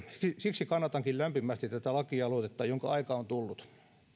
siksi kannatankin lämpimästi tätä lakialoitetta jonka aika on tullut